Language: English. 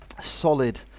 solid